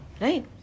Right